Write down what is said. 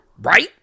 right